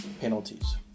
penalties